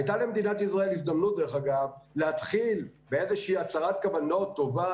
הייתה למדינת ישראל הזדמנות להתחיל באיזושהי הצהרת כוונות טובה,